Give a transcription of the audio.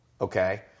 okay